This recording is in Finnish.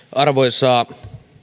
arvoisa